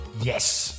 Yes